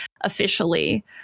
officially